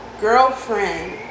girlfriend